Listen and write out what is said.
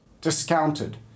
discounted